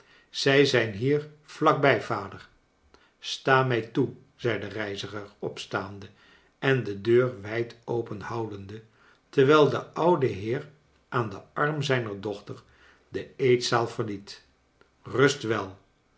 zij zijn hier vlak bij vader sta mij toe zei de reiziger opstaande en de deur wijd openhoudende terwijl de oude heer aan den arm zijner dochter de eetzaal verliet rust